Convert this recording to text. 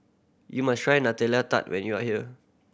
you must try Nutella Tart when you are here